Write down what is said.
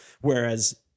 whereas